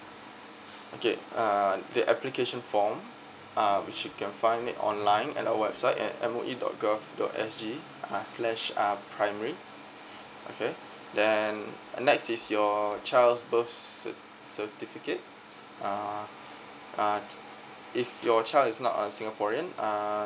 okay uh the application form um you should can find it online at our website at M O E dot gov dot S G uh slash uh primary okay then um next is your child's birth cert certificate uh uh if your child is not a singaporean ah